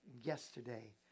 yesterday